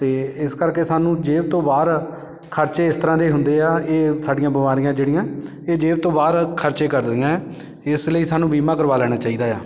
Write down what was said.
ਅਤੇ ਇਸ ਕਰਕੇ ਸਾਨੂੰ ਜੇਬ ਤੋਂ ਬਾਹਰ ਖਰਚੇ ਇਸ ਤਰ੍ਹਾਂ ਦੇ ਹੁੰਦੇ ਆ ਇਹ ਸਾਡੀਆਂ ਬਿਮਾਰੀਆਂ ਜਿਹੜੀਆਂ ਇਹ ਜੇਬ ਤੋਂ ਬਾਹਰ ਖਰਚੇ ਕਰਦੀਆਂ ਹੈ ਇਸ ਲਈ ਸਾਨੂੰ ਬੀਮਾ ਕਰਵਾ ਲੈਣਾ ਚਾਹੀਦਾ ਆ